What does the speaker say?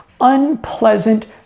unpleasant